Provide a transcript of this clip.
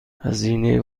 هزینه